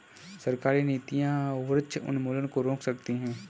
सरकारी नीतियां वृक्ष उन्मूलन को रोक सकती है